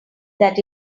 that